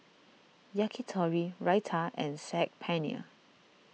Yakitori Raita and Saag Paneer